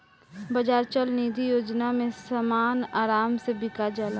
बाजार चल निधी योजना में समान आराम से बिका जाला